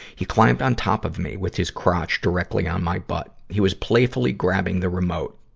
he climbed on top of me, with his crotch directly on my butt. he was playfully grabbing the remote.